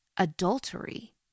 adultery